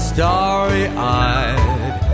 Starry-eyed